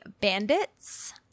Bandits